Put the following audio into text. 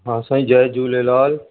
हा साईं जय झूलेलाल